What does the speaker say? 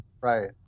Right